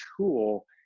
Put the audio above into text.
tool